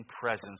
presence